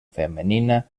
femenina